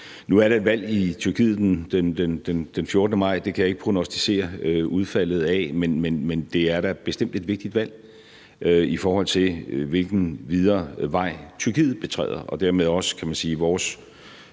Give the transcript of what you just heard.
Nu er der et valg i Tyrkiet den 14. maj, og det kan jeg ikke prognosticere udfaldet af, men det er da bestemt et vigtigt valg, i forhold til hvilken videre vej Tyrkiet betræder, og dermed også i